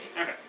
Okay